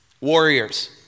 Warriors